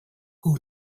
who